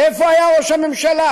ואיפה היה ראש הממשלה?